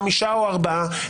חמישה או ארבעה,